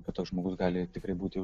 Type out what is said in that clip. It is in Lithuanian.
be toks žmogus gali tikrai būti